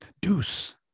Deuce